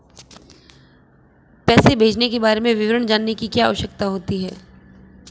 पैसे भेजने के बारे में विवरण जानने की क्या आवश्यकता होती है?